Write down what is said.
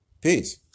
Peace